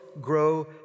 grow